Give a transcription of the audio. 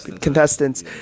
contestants